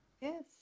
Yes